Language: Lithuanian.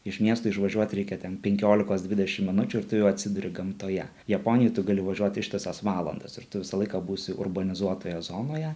iš miesto išvažiuot reikia ten penkiolikos dvidešim minučių ir tu jau atsiduri gamtoje japonijoj tu gali važiuot ištisas valandas ir tu visą laiką būsi urbanizuotoje zonoje